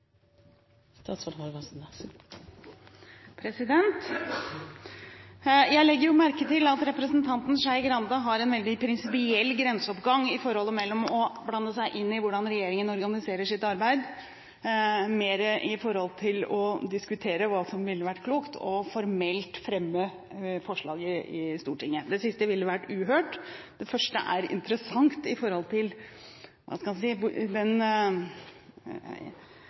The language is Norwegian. veldig prinsipiell grenseoppgang mellom å blande seg inn i hvordan regjeringen organiserer sitt arbeid – mer å diskutere hva som ville vært klokt – og formelt å fremme forslag i Stortinget. Det siste ville vært uhørt. Det første er interessant med hensyn til, hva skal en si, den